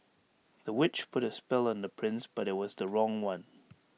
the witch put A spell on the prince but IT was the wrong one